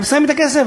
הם שמים את הכסף.